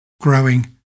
growing